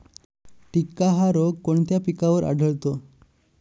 टिक्का हा रोग कोणत्या पिकावर आढळतो?